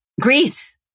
Greece